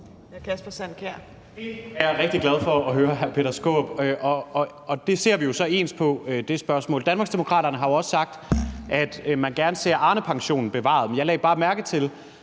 er jeg rigtig glad for høre, hr. Peter Skaarup. Og det spørgsmål ser vi jo så ens på. Danmarksdemokraterne har også sagt, at man gerne ser Arnepensionen bevaret. Men jeg lagde bare mærke til,